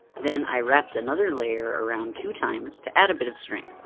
then i wrapped another layer around two times, to add a bit of strength.